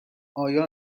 آیا